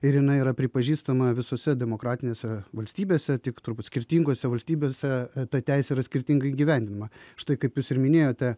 ir jinai yra pripažįstama visose demokratinėse valstybėse tik turbūt skirtingose valstybėse ta teisė yra skirtingai įgyvendinama štai kaip jūs ir minėjote